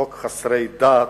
חוק חסרי דת.